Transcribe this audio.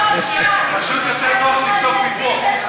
זו בדיוק הבעיה שלהם, פשוט יותר נוח לצעוק מפה.